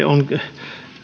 on